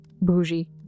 Bougie